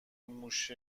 موش